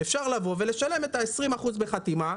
אפשר לבוא ולשלם את ה-20% בחתימה,